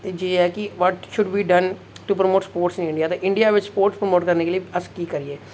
उंज एह् ऐ कि but should be done to promote sports in India India बेच स्पोर्ट्स प्रमोट करने के लिए अस की करिये